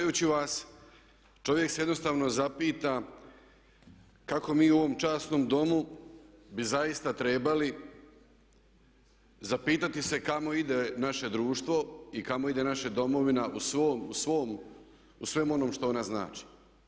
Slušajući vas čovjek se jednostavno zapita kako mi u ovom časnom Domu bi zaista trebali zapitati se kamo ide naše društvo i kamo ide naša domovina u svemu onom što ona znači.